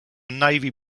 navy